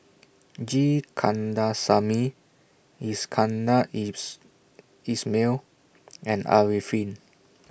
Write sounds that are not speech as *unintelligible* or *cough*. G Kandasamy Iskandar *unintelligible* Ismail and Arifin